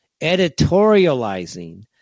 editorializing